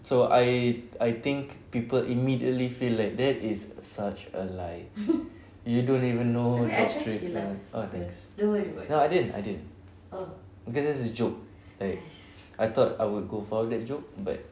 so I I think people immediately feel like that is such a lie you don't even know ah thanks no I didn't I didn't because that's a joke like I thought I would file that joke but